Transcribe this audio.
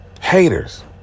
Haters